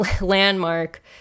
landmark